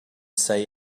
say